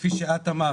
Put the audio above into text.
כפי שאת אמרת,